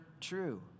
true